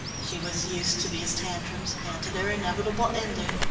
she was used to these tantrums, and to their inevitable ending.